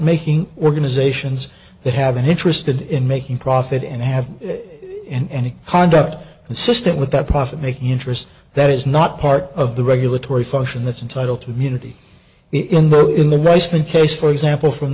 making organizations that have been interested in making profit and have it in any conduct consistent with that profit making interest that is not part of the regulatory function that's entitle to community in the in the reisman case for example from